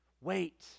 wait